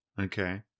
Okay